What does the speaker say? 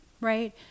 right